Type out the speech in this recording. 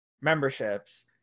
memberships